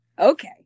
Okay